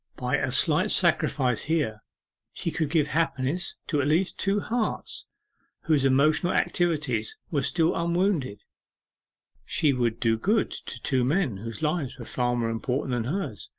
by a slight sacrifice here she could give happiness to at least two hearts whose emotional activities were still unwounded. she would do good to two men whose lives were far more important than hers.